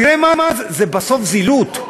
תראה מה זה, זה בסוף זילות.